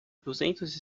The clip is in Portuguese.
duzentos